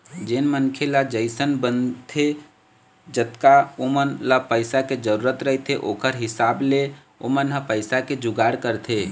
जेन मनखे ले जइसन बनथे जतका ओमन ल पइसा के जरुरत रहिथे ओखर हिसाब ले ओमन ह पइसा के जुगाड़ करथे